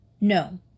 No